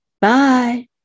Bye